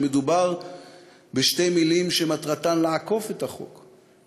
שמדובר בשתי מילים שמטרתן לעקוף את החוק,